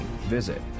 visit